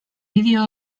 bideo